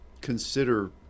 consider